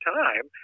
time